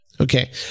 Okay